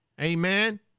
Amen